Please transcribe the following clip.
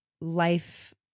life